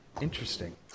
Interesting